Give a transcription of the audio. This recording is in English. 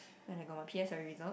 when I got my P_S_L_E result